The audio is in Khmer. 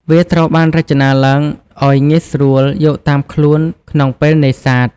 វាត្រូវបានរចនាឡើងឲ្យងាយស្រួលយកតាមខ្លួនក្នុងពេលនេសាទ។